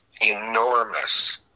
Enormous